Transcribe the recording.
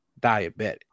diabetic